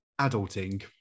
adulting